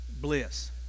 bliss